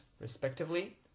respectively